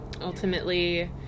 ultimately